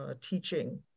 teaching